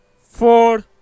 Four